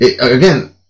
again